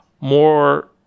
More